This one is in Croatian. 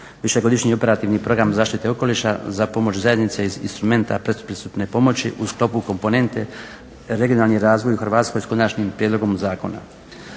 višegodišnji Operativni program "Zaštita okoliša" za pomoć zajednice iz instrumenta pretpristupne pomoći u sklopu Komponente "Regionalni razvoj" u Hrvatskoj, hitni postupak,